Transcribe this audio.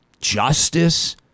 Justice